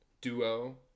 duo